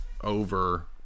over